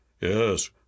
Yes